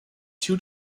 two